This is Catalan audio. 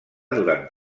durant